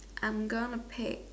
I am gonna pick